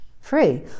free